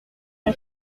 mon